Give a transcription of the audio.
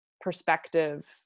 perspective